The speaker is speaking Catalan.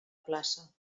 plaça